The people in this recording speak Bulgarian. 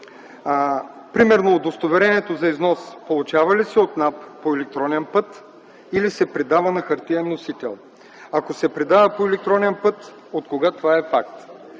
Примерно удостоверението за износ получава ли се от НАП по електронен път или се предава на хартиен носител? Ако се предава по електронен път, откога това е факт?